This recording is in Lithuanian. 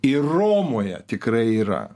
ir romoje tikrai yra